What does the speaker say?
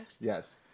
Yes